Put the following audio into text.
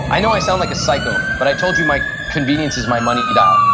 i know i sound like a psycho, but i told you my convenience is my money dial.